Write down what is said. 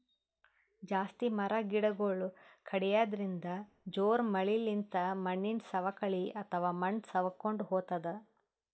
ಜಾಸ್ತಿ ಮರ ಗಿಡಗೊಳ್ ಕಡ್ಯದ್ರಿನ್ದ, ಜೋರ್ ಮಳಿಲಿಂತ್ ಮಣ್ಣಿನ್ ಸವಕಳಿ ಅಥವಾ ಮಣ್ಣ್ ಸವಕೊಂಡ್ ಹೊತದ್